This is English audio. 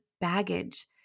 baggage